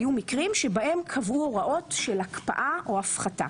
היו מקרים שבהם קבעו הוראות של הקפאה או הפחתה.